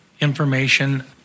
information